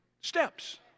steps